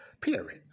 Period